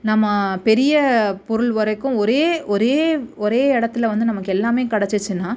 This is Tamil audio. நம்ம பெரிய பொருள் வரைக்கும் ஒரே ஒரே ஒரே இடத்துல வந்து நமக்கு எல்லாமே கிடைச்சிச்சின்னா